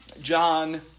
John